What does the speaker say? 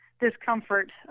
discomfort